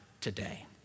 today